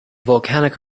volcanic